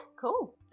cool